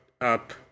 up